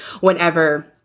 whenever